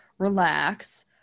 relax